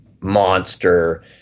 monster